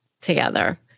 together